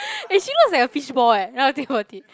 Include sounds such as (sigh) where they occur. (breath) and she looks like a fishball eh not that I think about it